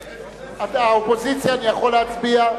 כן, כולנו פה.